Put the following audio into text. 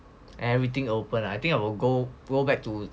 everything open I think I will go go back to